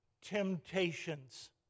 temptations